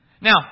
Now